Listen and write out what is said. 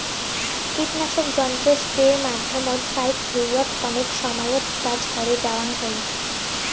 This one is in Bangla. কীটনাশক যন্ত্র স্প্রের মাধ্যমত ফাইক ভুঁইয়ত কণেক সমাইয়ত তা ছড়ে দ্যাওয়াং হই